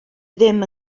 ddim